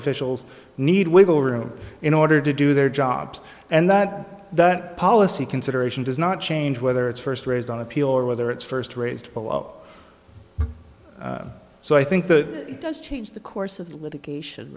officials need wiggle room in order to do their jobs and that that policy consideration does not change whether it's first raised on appeal or whether it's first raised so i think that it does change the course of litigation